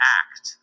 act